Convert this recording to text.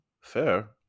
Fair